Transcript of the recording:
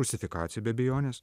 rusifikacija be abejonės